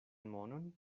monon